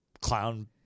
clown